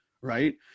right